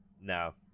no